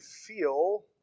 feel